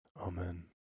Amen